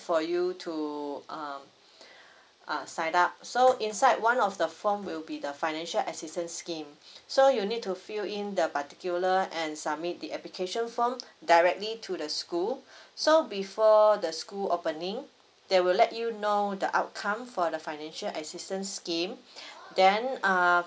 for you to err err sign up so inside one of the form will be the financial assistance scheme so you need to fill in the particular and submit the application form directly to the school so before the school opening they will let you know the outcome for the financial assistance scheme then err